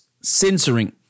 censoring